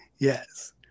Yes